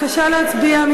בבקשה להצביע.